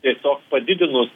tiesiog padidinus